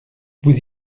vous